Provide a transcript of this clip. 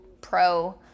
pro